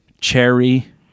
cherry